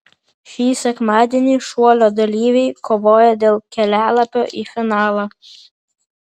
šį sekmadienį šuolio dalyviai kovoja dėl kelialapio į finalą